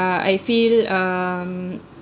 uh I feel um